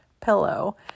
pillow